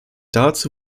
dazu